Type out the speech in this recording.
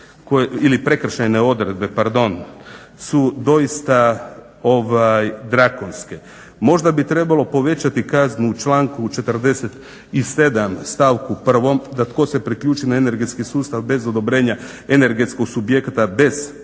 ili prekršajne odredbe pardon su doista drakonske. Možda bi trebalo povećati kaznu u članku 47.stavku 1. Da tko se priključi na energetski sustav bez odobrenja energetskog subjekata bez trošenja energije